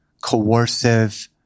coercive